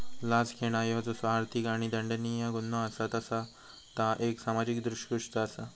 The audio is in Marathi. लाच घेणा ह्यो जसो आर्थिक आणि दंडनीय गुन्हो असा तसा ता एक सामाजिक दृष्कृत्य असा